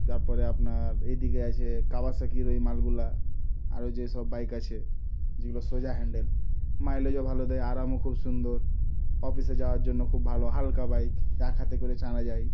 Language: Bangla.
তারপরে আপনার এদিকে আছে কাওয়াসাকির ওই মালগুলা আরও যেসব বাইক আছে যেগুলো সোজা হ্যান্ডেল মাইলেজও ভালো দেয় আরামও খুব সুন্দর অফিসে যাওয়ার জন্য খুব ভালো হালকা বাইক এক হাতে করে চালা যায়